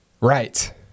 Right